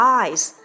eyes